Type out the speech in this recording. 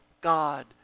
God